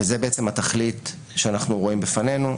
וזו בעצם התכלית שאנחנו רואים לפנינו.